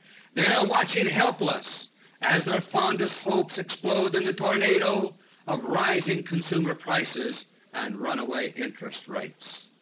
they are watching helpless as their fondest hopes explode in the tornado of rising consumer prices and runaway interest rates.